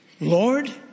Lord